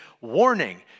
warning